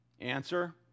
Answer